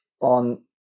on